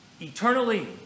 eternally